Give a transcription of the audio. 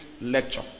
lecture